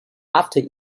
after